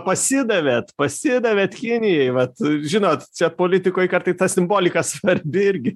pasidavėt pasidavėt kinijai vat žinot čia politikoj kartais ta simbolika svarbi irgi